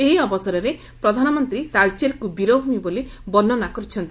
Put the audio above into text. ଏହି ଅବସରରେ ପ୍ରଧାନମନ୍ତୀ ତାଳଚେରକୁ ବୀରଭ୍ରମି ବୋଲି ବର୍ଶ୍ୱନା କରିଛନ୍ତି